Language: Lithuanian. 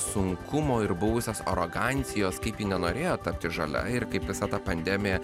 sunkumų ir buvusios arogancijos kaip ji nenorėjo tapti žalia ir kaip visa ta pandemija